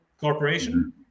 corporation